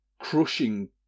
crushing